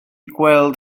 gweld